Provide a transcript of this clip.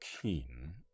keen